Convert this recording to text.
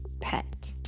pet